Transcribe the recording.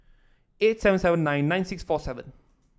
eight seven seven nine nine six four seven